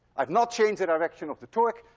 i've not changed the direction of the torque,